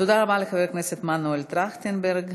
תודה רבה לחבר הכנסת מנואל טרכטנברג.